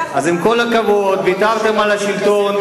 ויתרתם על השלטון,